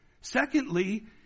Secondly